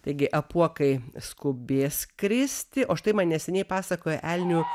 taigi apuokai skubės skristi o štai man neseniai pasakojo elnių